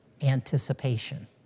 anticipation